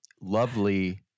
lovely